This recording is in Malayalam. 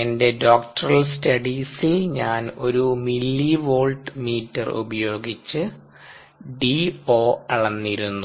എന്റെ ഡോക്ടറൽ സ്റ്റഡീസിൽ ഞാൻ ഒരു മില്ലിവോൾട്ട് മീറ്റർ ഉപയോഗിച്ചു DO അളന്നിരുന്നു